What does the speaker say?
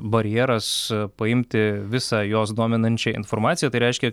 barjeras paimti visą juos dominančią informaciją tai reiškia